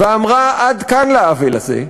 ואמרה "עד כאן" לעוול הזה,